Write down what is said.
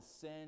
sin